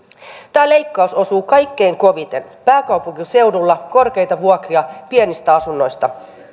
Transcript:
tämä leikkaus osuu kaikkein koviten pääkaupunkiseudulla korkeita vuokria pienistä asunnoista